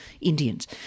Indians